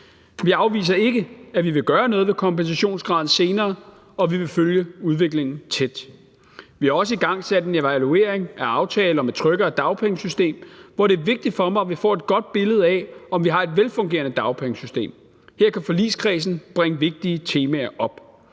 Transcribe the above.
Vi afviser ikke, at vi vil gøre noget ved kompensationsgraden senere, og vi vil følge udviklingen tæt. Vi har også igangsat en evaluering af aftalen om et tryggere dagpengesystem, hvor det er vigtigt for mig, at vi får et godt billede af, om vi har et velfungerende dagpengesystem. Her kan forligskredsen bringe vigtige temaer op.